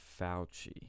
Fauci